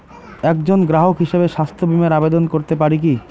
একজন গ্রাহক হিসাবে স্বাস্থ্য বিমার আবেদন করতে পারি কি?